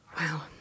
wow